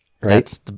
right